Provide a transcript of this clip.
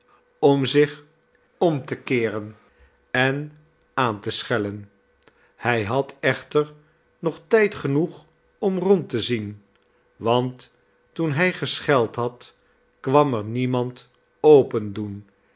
om zich om te keeren en aan te schellen hij had echter nog tijd genoeg om rond te zien want toen hij gescheld had kwam er niemand opendoen